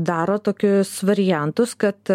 daro tokius variantus kad